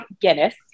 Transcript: guinness